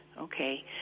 okay